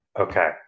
Okay